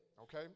okay